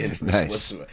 Nice